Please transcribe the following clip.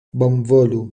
bonvolu